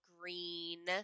green